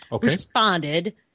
responded